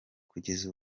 kugeza